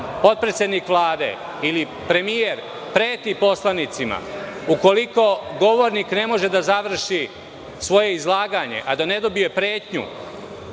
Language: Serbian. potpredsednik Vlade ili premijer preti poslanicima, ukoliko govornik ne može da završi svoje izlaganje a da ne dobije pretnju